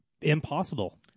impossible